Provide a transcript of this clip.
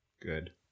good